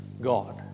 God